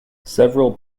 several